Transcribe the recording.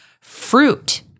Fruit